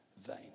vain